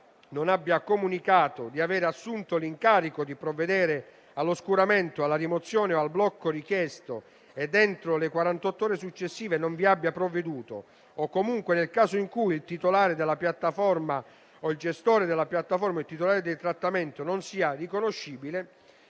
non abbia comunicato di avere assunto l'incarico di provvedere all'oscuramento, alla rimozione o al blocco richiesto ed entro le quarantotto ore successive non vi abbia provveduto, o comunque nel caso in cui il titolare della piattaforma o il gestore della piattaforma e titolare del trattamento non sia riconoscibile,